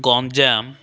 Ganjam